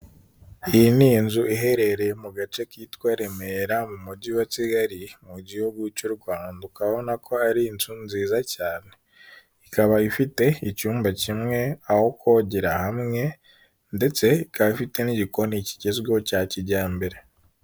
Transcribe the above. Iyi ni inzu iherereye mu gace kitwa Remera mu mujyi wa Kigali, mu gihugu cy'u Rwanda. Ukaba ubona ko hari inzu nziza cyane. Ikaba ifite icyumba kimwe, aho kogera hamwe ndetse ikaba ifite n'igikoni kigezweho cya kijyambere.